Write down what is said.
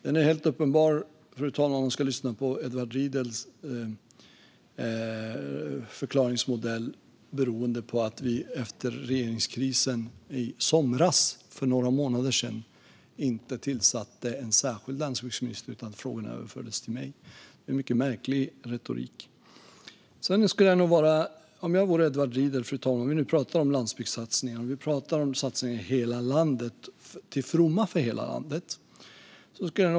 Det är helt uppenbart, fru talman, att det enligt Edward Riedls förklaringsmodell beror på att vi efter regeringskrisen i somras, för några månader sedan, inte tillsatte en särskild landsbygdsminister utan att frågorna överfördes till mig. Det är en mycket märklig retorik. Fru talman! Om jag var Edward Riedl skulle jag nog ha en skammens rodnad när vi pratar om landsbygdssatsningar och satsningar till fromma för hela landet.